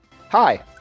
Hi